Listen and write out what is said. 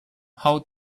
how